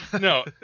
No